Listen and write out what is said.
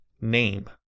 name